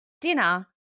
dinner